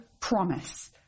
promise